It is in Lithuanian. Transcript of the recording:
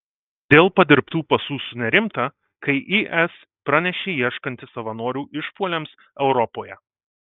dėl padirbtų pasų sunerimta kai is pranešė ieškanti savanorių išpuoliams europoje